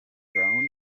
grown